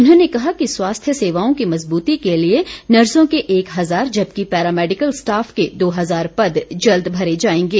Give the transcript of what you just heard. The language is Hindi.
उन्होंने कहा कि स्वास्थ्य सेवाओं की मज़बूती के लिए नर्सों के एक हज़ार जबकि पैरामैडिकल स्टाफ के दो हज़ार पद जल्द भरे जाएंगे